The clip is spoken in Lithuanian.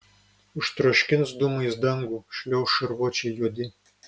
užtroškins dūmais dangų šliauš šarvuočiai juodi